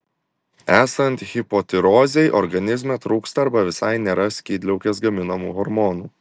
esant hipotirozei organizme trūksta arba visai nėra skydliaukės gaminamų hormonų